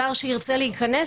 זר שירצה להיכנס,